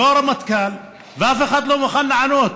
לא הרמטכ"ל, אף אחד לא מוכן לענות.